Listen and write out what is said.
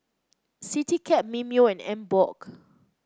Citycab Mimeo and Emborg